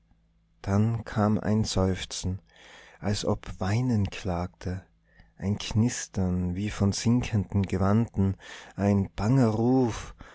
dann kam ein seufzen als ob weinen klagte ein knistern wie von sinkenden gewanden ein banger ruf